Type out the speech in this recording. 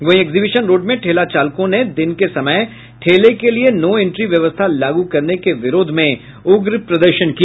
वहीं exhibition road में ठेला चालकों ने दिन के समय ठेले के लिये नो एंट्री व्यवस्था लागू करने के विरोध में उग्र प्रदर्शन किया